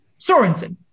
Sorensen